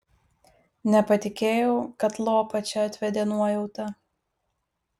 nepatikėjau kad lopą čia atvedė nuojauta